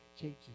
changes